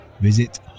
visit